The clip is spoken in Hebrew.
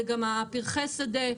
זה גם פרחי שדה.